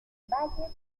valles